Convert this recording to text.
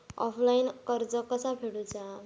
Offline कर्ज कसा फेडूचा?